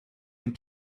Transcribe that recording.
and